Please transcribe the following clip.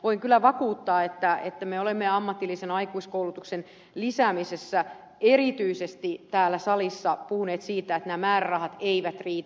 voin kyllä vakuuttaa että me olemme ammatillisen aikuiskoulutuksen lisäämisessä erityisesti täällä salissa puhuneet siitä että nämä määrärahat eivät riitä